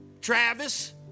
Travis